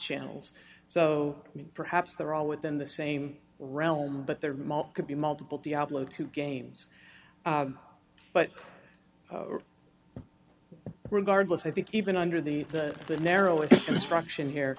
channels so perhaps they're all within the same realm but there could be multiple diablo two games but regardless i think even under the the narrower construction here